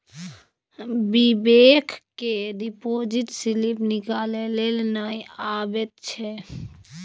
बिबेक केँ deposit slip निकालै लेल नहि अबैत छै